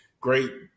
great